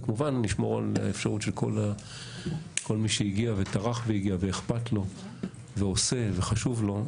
וכמובן לשמור על אפשרות שכל מי שטרח והגיע ואכפת לו ועושה וחשוב לו,